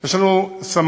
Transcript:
יש לנו סמנכ"לית,